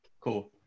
Cool